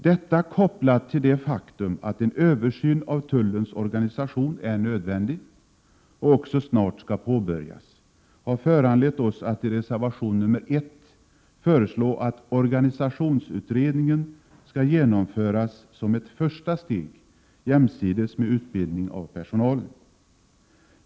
Detta kopplat till det faktum att en översyn av tullens organisation är nödvändig och också snart skall påbörjas har föranlett folkpartiet att i reservation nr 1 föreslå att organisationsutredningen skall genomföras som ett första steg jämsides med utbildning av personalen.